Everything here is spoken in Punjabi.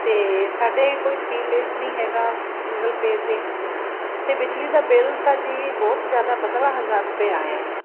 ਅਤੇ ਸਾਡੇ ਕੋਈ ਥਰੀ ਫੇਜ ਨਹੀਂ ਹੈਗਾ ਸਿੰਗਲ ਫੇਸ ਏ ਤਾਂ ਬਿਜਲੀ ਦਾ ਬਿੱਲ ਤਾਂ ਜੀ ਬਹੁਤ ਜ਼ਿਆਦਾ ਪੰਦਰ੍ਹਾਂ ਹਜ਼ਾਰ ਰੁਪਏ ਆਇਆ ਏ